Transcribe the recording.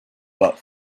but